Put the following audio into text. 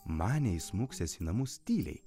manė įsmuksiąs į namus tyliai